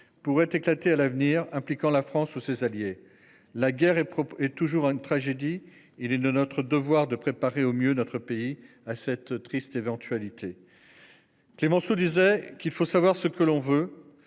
pourrait éclater à l'avenir impliquant la France ou ses alliés. La guerre est est toujours une tragédie. Il est de notre devoir de préparer au mieux notre pays à cette triste éventualité. Clémenceau disait qu'il faut savoir ce que l'on veut